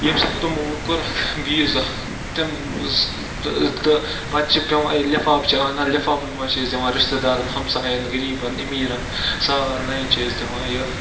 ییٚمۍ ساتہٕ تِمو وۄنۍ کوٚرُکھ بیٚیِس دۄہ تِم پَتہٕ چھِ پٮ۪وان یہِ لِفاپ چھِ اَنان لِفافَن منٛز چھِ أسۍ دِوان رِشتہٕ دارَن ہَمسایَن غریٖبَن امیٖرَن سارنَیَن چھِ أسۍ دِوان یہِ